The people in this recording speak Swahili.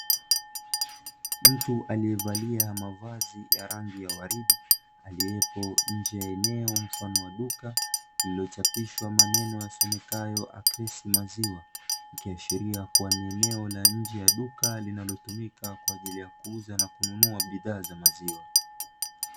Mtu aliyevalia mavazi ya rangi ya waridi, aliyepo nje ya eneo mfano wa duka, lililochapishwa maneno yasomekayo "Acre's maziwa" ikiashiria kuwa ni eneo la nje ya duka, linalotumika kwa ajili ya kuuza na kununua bidhaa za maziwa.